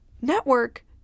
network